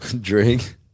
Drink